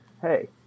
hey